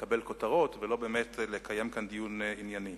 לקבל כותרות ולא באמת כדי לקיים כאן דיון ענייני.